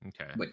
Okay